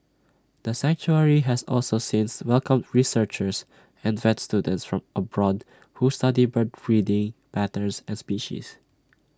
the sanctuary has also since welcomed researchers and vet students from abroad who study bird breeding patterns and species